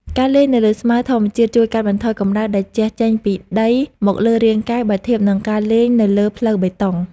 ការលេងនៅលើស្មៅធម្មជាតិជួយកាត់បន្ថយកម្តៅដែលជះចេញពីដីមកលើរាងកាយបើធៀបនឹងការលេងនៅលើផ្លូវបេតុង។